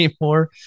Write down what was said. anymore